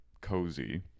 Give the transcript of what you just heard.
Cozy